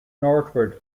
northward